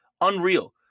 Unreal